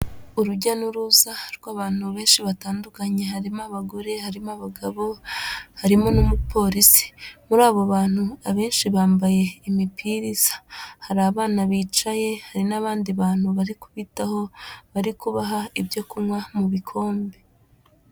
Urujya n'uruza rw'abantu benshi batandukanye, harimo abagore, harimo abagabo, harimo n'umupolisi, muri abo bantu abenshi bambaye imipira isa, hari abana bicaye, hari n'abandi bantu bari kubitaho, bari kubaha ibyo kunywa mu bikombe.